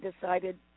decided